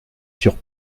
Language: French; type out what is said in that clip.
sur